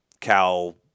Cal